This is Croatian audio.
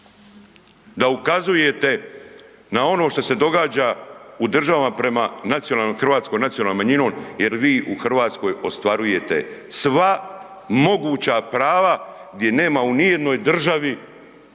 da ukazujete na ono što se događa u državama prema hrvatskoj nacionalnom manjinom jer vi u Hrvatskoj ostvarujete sva moguća prava gdje nema u nijednoj državi